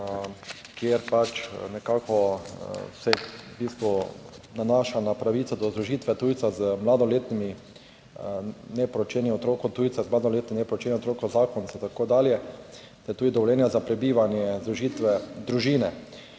kjer pač nekako se v bistvu nanaša na pravico do združitve tujca z mladoletnimi, neporočenim otrokom tujca z mladoletnim neporočenim otrokom zakoncev in tako dalje ter tudi dovoljenja za prebivanje združitve družine.